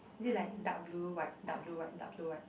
is it like dark blue white dark blue white